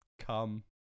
come